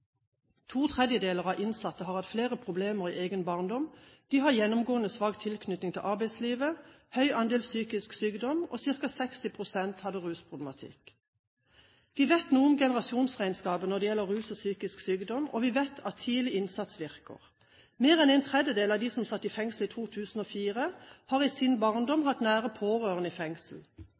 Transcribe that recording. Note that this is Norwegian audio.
To tredjedeler av innsatte har hatt flere problemer i egen barndom, de har gjennomgående svak tilknytning til arbeidslivet, høy andel psykisk sykdom, og ca. 60 pst. hadde rusproblematikk. Vi vet noe om generasjonsregnskapet når det gjelder rus og psykisk sykdom, og vi vet at tidlig innsats virker. Mer enn en tredjedel av dem som satt i fengsel i 2004, har i sin barndom hatt nære pårørende i fengsel.